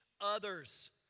others